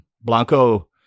Blanco